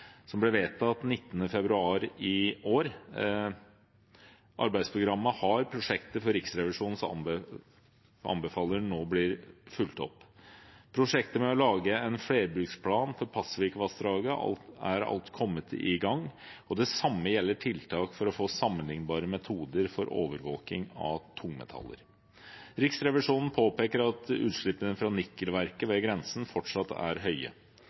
ble vedtatt 19. februar i år. Arbeidsprogrammet har prosjekter hvor Riksrevisjonens anbefalinger nå blir fulgt opp. Prosjektet med å lage en flerbruksplan for Pasvikvassdraget er alt kommet i gang, og det samme gjelder tiltak for å få sammenlignbare metoder for overvåking av tungmetaller. Riksrevisjonen påpeker at utslippene fra nikkelverket ved grensen fortsatt er høye.